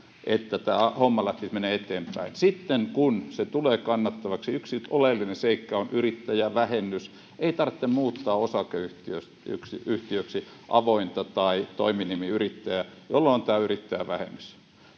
että tämä homma lähtisi menemään eteenpäin sitten kun se tulee kannattavaksi yksi oleellinen seikka on yrittäjävähennys ei tarvitse muuttaa osakeyhtiöksi avointa yhtiötä tai toiminimiyrittäjää jolla on tämä yrittäjävähennys